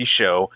show